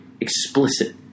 explicit